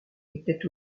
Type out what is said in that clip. étaient